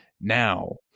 Now